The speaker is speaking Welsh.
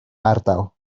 ardal